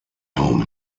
home